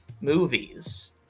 movies